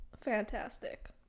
fantastic